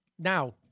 Now